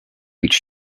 each